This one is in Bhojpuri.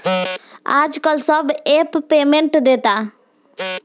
आजकल सब ऐप पेमेन्ट देता